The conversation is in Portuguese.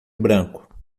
branco